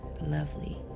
lovely